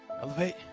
Elevate